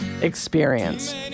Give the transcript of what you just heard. experience